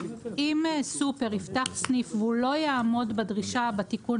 אם סופר יפתח סניף והוא לא יעמוד בדרישה לתיקון